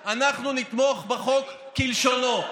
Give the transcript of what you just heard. הליכוד יתמוך בחוק כפי שהוגש על ידי הממשלה מילה במילה.